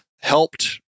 helped